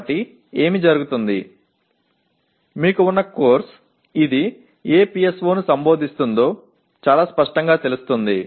కాబట్టి ఏమి జరుగుతుంది మీకు ఉన్న కోర్సు ఇది ఏ PSO ను సంబోధిస్తుందో చాలా స్పష్టంగా తెలుస్తుంది